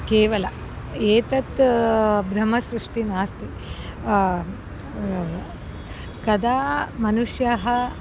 केवलम् एतत् भ्रमसृष्टिः नास्ति कदा मनुष्यः